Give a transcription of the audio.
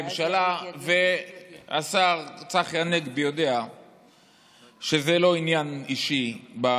לממשלה, והשר צחי הנגבי יודע שזה לא עניין אישי.